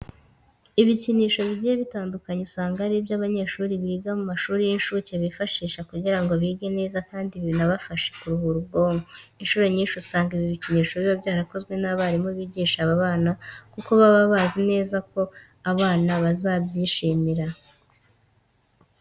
Ibikinisho bigiye bitandukanye usanga ari byo abanyeshuri biga mu mashuri y'incuke bifashisha kugira ngo bige neza kandi binabafashe kuruhura ubwonko. Incuro nyinshi usanga ibi bikinisho biba byarakozwe n'abarimu bigisha aba bana kuko baba bazi neza ko abana bazabyishimira.